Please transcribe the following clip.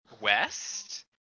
West